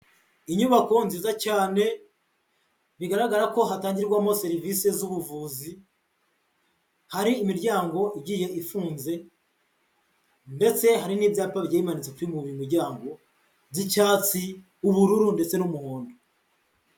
Inyubako nziza cyane bigaragara ko hatangirwamo serivisi zubuvuzi, hari imiryango igiye ifunze ndetse hari n'ibyapa bigiye bimanitse kuri buri mu ryango, by'icyatsi, ubururu ndetse n'umuhondo.